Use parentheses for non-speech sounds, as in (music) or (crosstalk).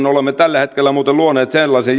(unintelligible) olemme tällä hetkellä muuten luomassa sellaista (unintelligible)